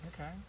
Okay